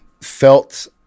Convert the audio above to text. felt